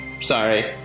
sorry